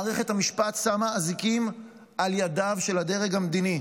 מערכת המשפט שמה אזיקים על ידיו של הדרג המדיני.